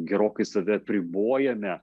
gerokai save apribojame